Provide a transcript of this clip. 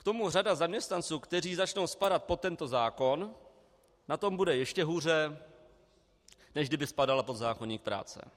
K tomu řada zaměstnanců, kteří začnou spadat pod tento zákon, na tom bude ještě hůře, než kdyby spadala pod zákoník práce.